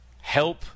help